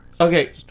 Okay